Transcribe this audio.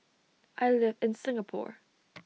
I live in Singapore